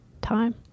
time